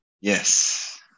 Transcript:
Yes